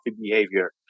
behavior